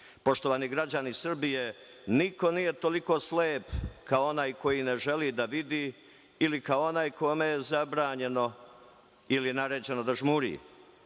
sakriti. Poštovani građani Srbije, niko nije toliko slep kao onaj koji ne želi da vidi, ili kao onaj kome je zabranjeno ili naređeno da žmuri.